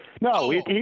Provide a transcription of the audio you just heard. No